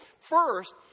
First